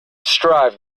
strive